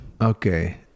Okay